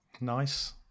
nice